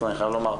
אני חייב לומר,